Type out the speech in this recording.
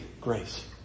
grace